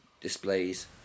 displays